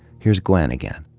here's gwen again.